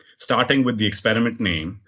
starting with the experiment name,